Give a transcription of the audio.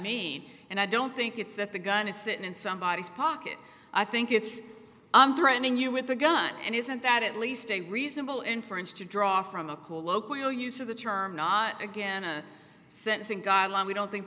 mean and i don't think it's that the gun is sitting in somebody's pocket i think it's i'm threatening you with a gun and isn't that at least a reasonable inference to draw from a colloquial use of the term not again a sentencing guideline we don't think